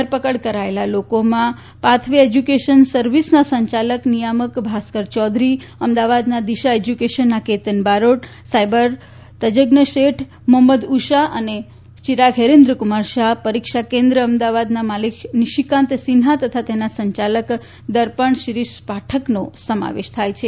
ધરપકડ કરાચેલા લોકોમાં પાથવે એશ્યુકેશન સર્વિસના સંચાલક નિયામક ભાસ્કર ચૌધરી અમદાવાદના દિશા એશ્યુકેશનના કેતન બારોટ સાઈબર તજજ્ઞ શેઠ મોફમ્મદ ઉસ્મા અને ચિરાગ ફેરેન્દ્રકુમાર શાફ પરીક્ષા કેન્દ્ર અમદાવાદના માલિક નિશિકાંત સિન્ફા અને તેના સંચાલક દર્પણ શ્રીરીષ પાઠકનો સમાવેશ થાય છે